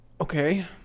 Okay